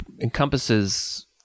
encompasses